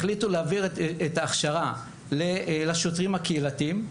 החליטו להעביר את ההכשרה לשוטרים הקהילתיים,